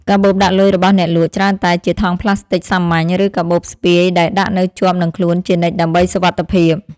កាបូបដាក់លុយរបស់អ្នកលក់ច្រើនតែជាថង់ប្លាស្ទិចសាមញ្ញ ឬកាបូបស្ពាយដែលដាក់នៅជាប់នឹងខ្លួនជានិច្ចដើម្បីសុវត្ថិភាព។